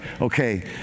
Okay